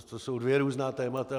To jsou dvě různá témata.